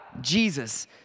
Jesus